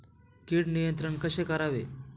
कीड नियंत्रण कसे करावे?